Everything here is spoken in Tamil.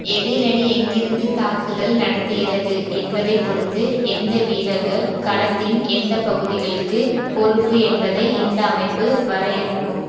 எதிர் அணி எங்கேருந்து தாக்குதல் நடத்துகிறது என்பதைப் பொறுத்து எந்த வீரர்கள் களத்தின் எந்த பகுதிகளுக்கு பொறுப்பு என்பதை இந்த அமைப்பு வரையறுக்கும்